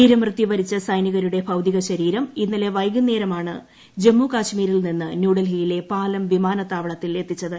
വീരമൃത്യു വരിച്ച സൈനികരുടെ ഭൌതിക ശരീരം ഇന്നലെ വൈകുന്നേരമാണ് ജമ്മുകശ്മീരിൽ നിന്ന് ന്യൂഡൽഹിയിലെ പാലം വിമാനത്താവളത്തിൽ എത്തിച്ചത്